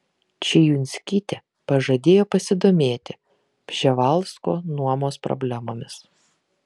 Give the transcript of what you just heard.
čijunskytė pažadėjo pasidomėti prževalsko nuomos problemomis